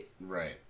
Right